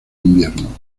invierno